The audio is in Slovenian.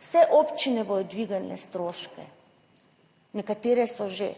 Vse občine bodo dvignile stroške, nekatere so že.